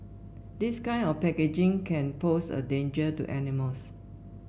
this kind of packaging can pose a danger to animals